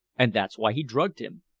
and that's why he drugged him.